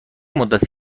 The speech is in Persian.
مدت